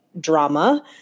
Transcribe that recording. drama